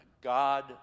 God